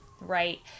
right